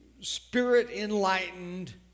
spirit-enlightened